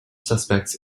suspects